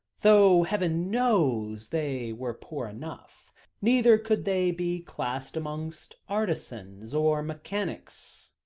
though heaven knows they were poor enough neither could they be classed amongst artisans, or mechanics.